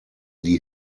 die